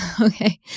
Okay